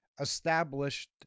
established